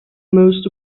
most